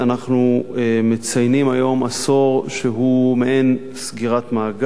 אנחנו מציינים היום עשור שהוא מעין סגירת מעגל.